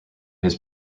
his